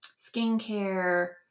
skincare